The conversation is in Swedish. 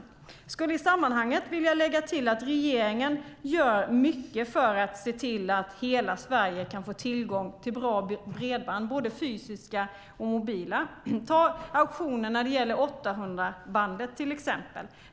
Jag skulle i sammanhanget vilja lägga till att regeringen gör mycket för att se till att hela Sverige kan få tillgång till bra bredband, både fysiska och mobila. Ta auktionen när det gäller 800-bandet, till exempel!